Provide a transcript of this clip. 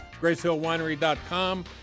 gracehillwinery.com